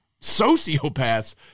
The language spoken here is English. sociopaths